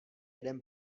jeden